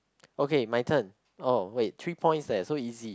okay my turn oh wait three points leh so easy